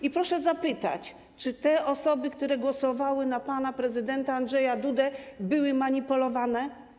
I proszę zapytać: Czy te osoby, które głosowały na pana prezydenta Andrzeja Dudę, były manipulowane?